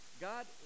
God